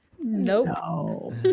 nope